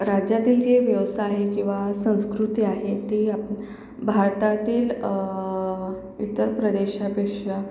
राज्यातील जे व्यवसाय आहे किंवा संस्कृती आहे ती आपण भारतातील इतर प्रदेशापेक्षा